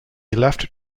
left